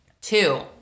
Two